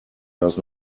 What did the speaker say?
does